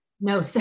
No